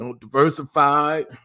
Diversified